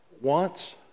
wants